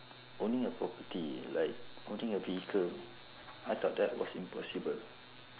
owning a property like owning a vehicle I thought that was impossible